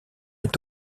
est